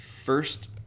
first